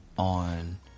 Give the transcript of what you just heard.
on